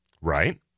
right